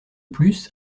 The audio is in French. plus